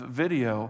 video